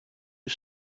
you